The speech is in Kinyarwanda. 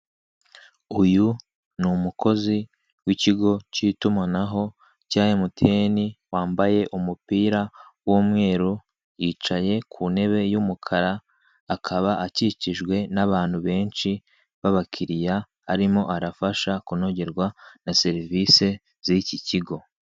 Uyu ni umukozi w'ikigo k'itumanaho cya Emutiyeni, wambaye umupira w'umweru, yicaye ku ntebe y'umukara, akaba akikijwe n'abantu benshi b'abakiriya arimo arafasha kunogerwa na servise z'iki kigo.